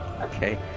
Okay